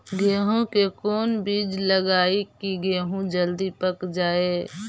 गेंहू के कोन बिज लगाई कि गेहूं जल्दी पक जाए?